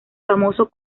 famoso